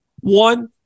One